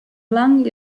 blanc